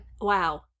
Wow